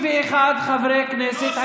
61 חברי כנסת,